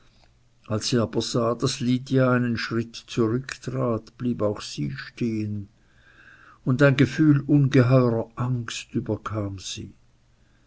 als sie aber sah daß lydia einen schritt zurück trat blieb auch sie stehen und ein gefühl ungeheurer angst überkam sie